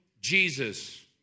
Jesus